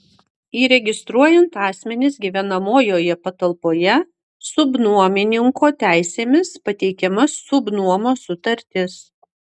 įregistruojant asmenis gyvenamojoje patalpoje subnuomininko teisėmis pateikiama subnuomos sutartis